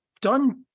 done